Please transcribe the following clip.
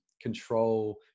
control